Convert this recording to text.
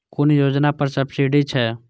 कुन योजना पर सब्सिडी छै?